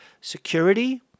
security